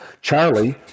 Charlie